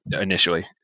initially